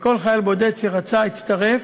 וכל חייל בודד שרצה הצטרף,